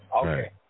Okay